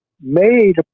Made